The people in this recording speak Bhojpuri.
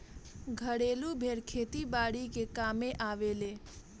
घरेलु भेड़ खेती बारी के कामे आवेले